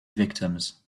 victims